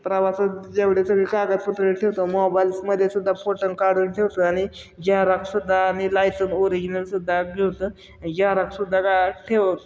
प्रवासात जेवढे सगळी कागदपत्र ठेवतं मोबाईल्समध्येसुद्धा फोटो काढून ठेवतो आणि जेरोकसुद्धा आणि लायसन्स ओरिजिनलसुद्धा घेतो जेरोकसुद्धा का ठेव